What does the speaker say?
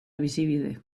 bizibide